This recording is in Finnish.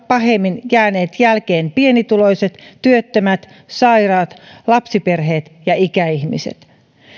pahemmin jääneet jälkeen pienituloiset työttömät sairaat lapsiperheet ja ikäihmiset